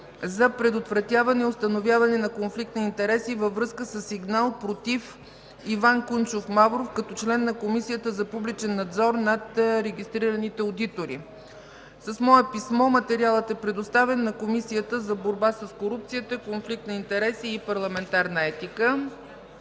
за предотвратяване, установяване на конфликт на интереси във връзка със сигнал против Иван Кунчов Мавров като член на Комисията за публичен надзор над регистрираните одитори. С мое писмо материалът е предоставен на Комисията за борба с корупцията, конфликт на интереси и парламентарна етика.